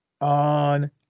on